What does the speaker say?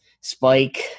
spike